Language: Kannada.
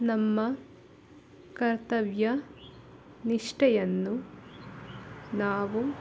ನಮ್ಮ ಕರ್ತವ್ಯ ನಿಷ್ಠೆಯನ್ನು ನಾವು